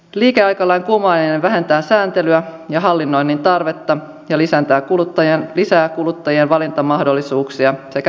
liikeaikalain kumoaminen vähentää sääntelyä ja hallinnoinnin tarvetta ja lisää kuluttajan valintamahdollisuuksia sekä yksinkertaistaa lainsäädäntöä